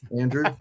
Andrew